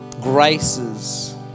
graces